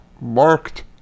marked